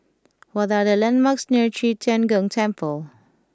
what are the landmarks near Qi Tian Gong Temple